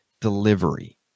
Delivery